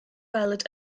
weld